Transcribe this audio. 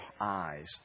eyes